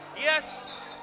yes